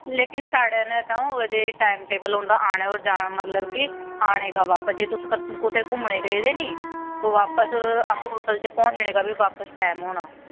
ते साढ़े ना टाईम टेबल होंदा आने दा होर जाने दा की आने दा ते जे तुस कुदै घुम्मनै ई गेदे नी ते बापस होटल पहुंचने दा बी वापस टैम होना